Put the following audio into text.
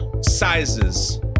Sizes